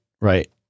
right